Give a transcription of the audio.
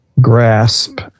grasp